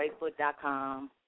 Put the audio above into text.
facebook.com